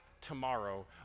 tomorrow